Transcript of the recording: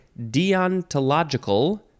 deontological